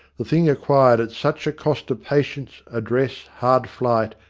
the thing acquired at such a cost of patience, address, hard flight,